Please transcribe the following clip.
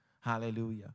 hallelujah